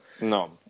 No